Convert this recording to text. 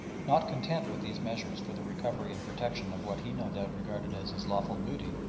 not content with these measures for the recovery and protection of what he no doubt regarded as his lawful booty,